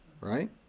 right